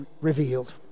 revealed